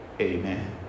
amen